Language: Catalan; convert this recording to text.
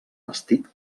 vestit